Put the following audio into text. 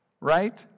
right